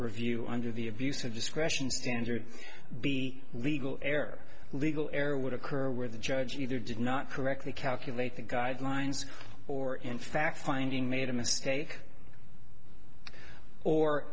review under the abuse of discretion standard be legal err legal error would occur where the judge either did not correctly calculate the guidelines or in fact finding made a mistake or